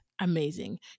amazing